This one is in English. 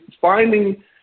finding